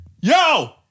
yo